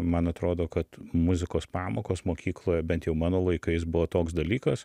man atrodo kad muzikos pamokos mokykloje bent jau mano laikais buvo toks dalykas